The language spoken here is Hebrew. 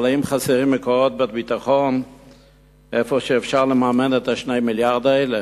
אבל האם חסרים מקורות בביטחון שאפשר לממן מהם את 2 המיליארדים האלה?